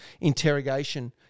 interrogation